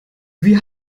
wir